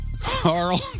Carl